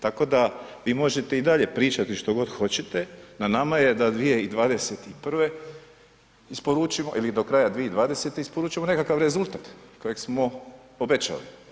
Tako da vi možete i dalje pričati što god hoćete, na nama je da 2021. isporučimo ili do kraja 2020. isporučimo nekakav rezultat kojeg smo obećali.